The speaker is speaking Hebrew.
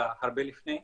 אלא הרבה לפני,